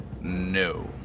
No